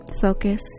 Focus